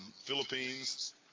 Philippines